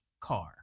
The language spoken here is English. car